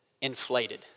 Inflated